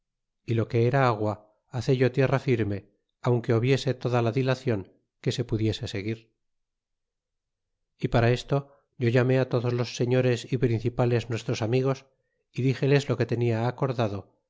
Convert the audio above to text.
y lo que era agua hacello tierra firme aunque a hobiese toda la dilacion que se pudiese seguir e para esto yo llamé todos los señores y principales nuestros amigos y dixeles lo que tenia acordado